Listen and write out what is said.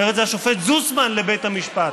אומר את זה השופט זוסמן לבית המשפט,